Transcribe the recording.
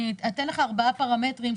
אתן לך ארבעה פרמטרים,